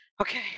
okay